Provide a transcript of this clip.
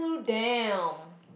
damn